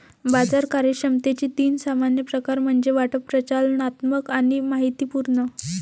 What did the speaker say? बाजार कार्यक्षमतेचे तीन सामान्य प्रकार म्हणजे वाटप, प्रचालनात्मक आणि माहितीपूर्ण